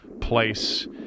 place